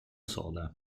sole